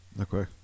Okay